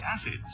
acids